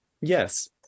yes